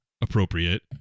appropriate